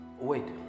Wait